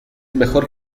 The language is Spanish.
mejor